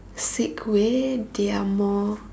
sick way they are more